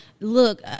Look